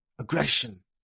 aggression